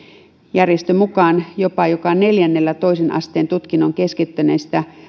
järjestön mukaan jopa joka neljännellä toisen asteen tutkinnon keskeyttäneistä